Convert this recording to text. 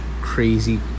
crazy